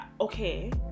okay